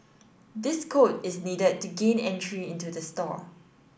this code is needed to gain entry into the store